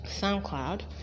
SoundCloud